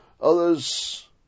others